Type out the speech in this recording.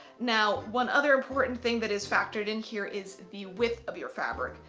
now one other important thing that is factored in here is the width of your fabric.